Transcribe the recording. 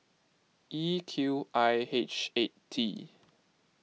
E Q I H eight T